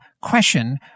question